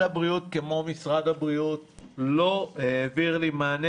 הבריאות כמו משרד הבריאות לא העביר לי מענה.